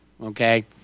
okay